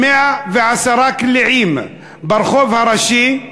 110 קליעים ברחוב הראשי.